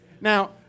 Now